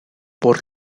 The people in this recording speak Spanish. por